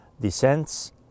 descends